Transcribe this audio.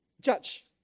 judge